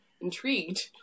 intrigued